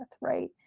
right